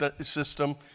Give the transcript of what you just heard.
system